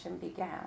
began